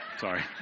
Sorry